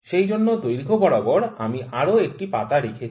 সেই জন্য দৈর্ঘ্য বরাবর আমি আরো একটি পাতা রেখেছি